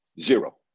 Zero